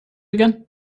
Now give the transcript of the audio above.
again